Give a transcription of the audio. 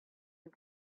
and